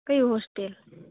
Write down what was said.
કઈ હોસ્ટેલ